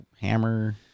hammer